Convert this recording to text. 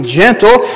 gentle